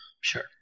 Sure